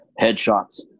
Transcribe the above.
Headshots